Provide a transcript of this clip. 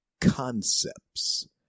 concepts